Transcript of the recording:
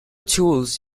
tools